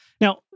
Now